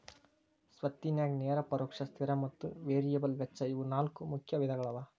ಸ್ವತ್ತಿನ್ಯಾಗ ನೇರ ಪರೋಕ್ಷ ಸ್ಥಿರ ಮತ್ತ ವೇರಿಯಬಲ್ ವೆಚ್ಚ ಇವು ನಾಲ್ಕು ಮುಖ್ಯ ವಿಧಗಳವ